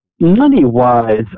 Money-wise